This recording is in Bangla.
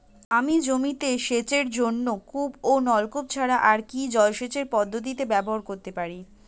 আমি জমিতে সেচের জন্য কূপ ও নলকূপ ছাড়া আর কি জলসেচ পদ্ধতি ব্যবহার করতে পারি?